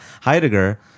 Heidegger